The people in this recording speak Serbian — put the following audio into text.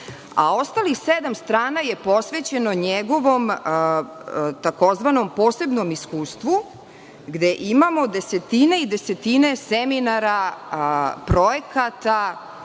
a ostalih sedam strana je posvećeno njegovom tzv. posebnom iskustvu, gde imamo desetine i desetine seminara, projekata,